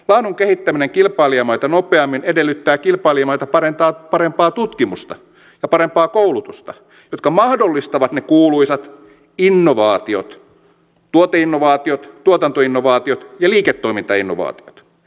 laadun kehittäminen kilpailijamaita nopeammin edellyttää kilpailijamaita parempaa tutkimusta ja parempaa koulutusta jotka mahdollistavat ne kuuluisat innovaatiot tuoteinnovaatiot tuotantoinnovaatiot ja liiketoimintainnovaatiot